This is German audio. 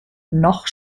noch